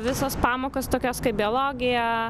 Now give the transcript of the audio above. visos pamokos tokios kaip biologija